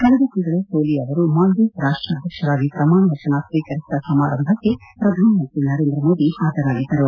ಕಳೆದ ತಿಂಗಳು ಸೋಲಿ ಅವರು ಮಾಲ್ಡೀವ್ಸ್ ರಾಷ್ಟ್ರಾಧ್ಯಕ್ಷರಾಗಿ ಪ್ರಮಾಣವಚನ ಸ್ವೀಕರಿಸಿದ ಸಮಾರಂಭಕ್ಕೆ ಪ್ರಧಾನಮಂತ್ರಿ ನರೇಂದ್ರ ಮೋದಿ ಹಾಜರಾಗಿದ್ದರು